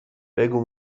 بگو